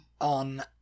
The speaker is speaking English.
on